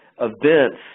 events